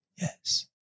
Yes